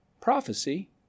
Prophecy